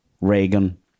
Reagan